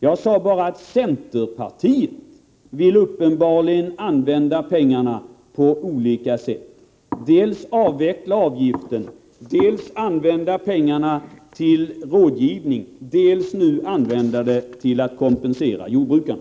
Jag sade bara att centerpartiet uppenbarligen vill använda pengarna på flera olika sätt — ni vill dels avveckla avgiften, dels använda pengarna till rådgivning, dels använda dem till att kompensera jordbrukarna.